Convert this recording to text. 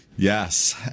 Yes